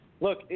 look